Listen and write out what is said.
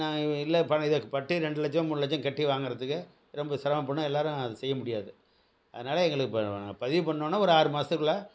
நாங்கள் இல்லை இதுக்கு பட்டி ரெண்டு லட்சம் மூணு லட்சம் கட்டி வாங்குறத்துக்கு ரொம்ப சிரமப்படணும் எல்லோரும் அதை செய்ய முடியாது அதனால் எங்களுக்கு இப்போ பதிவு பண்ணோடனே ஒரு ஆறு மாதத்துக்குள்ள